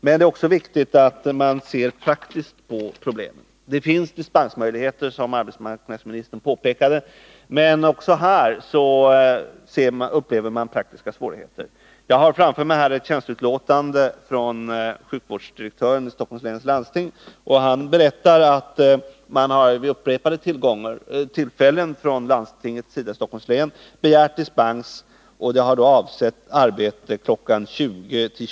Men det är också viktigt att man ser praktiskt på problemet. Det finns dispensmöjligheter, som arbetsmarknadsministern påpekade. Men också här upplever man praktiska svårigheter. Jag har framför mig ett tjänsteutlåtande från sjukvårdsdirektören i Stockholms läns landsting. Han berättar att landstinget i Stockholms län vid upprepade tillfällen har begärt dispens som har avsett arbete mellan kl. 20.00 och kl.